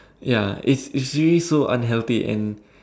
ya it's it's really so unhealthy and